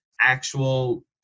actual